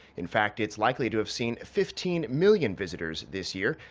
in fact, it's likely to have seen fifteen million visitors this year.